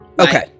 Okay